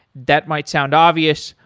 that might sound obvious,